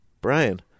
Brian